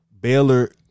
Baylor